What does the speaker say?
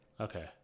okay